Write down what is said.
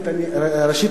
ראשית,